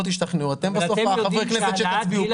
אם לא תשתכנעו, בסוף אתם חברי הכנסת שתצביע על כך.